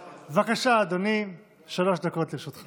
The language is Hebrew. בבקשה, אדוני, שלוש דקות לרשותך.